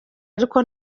ariko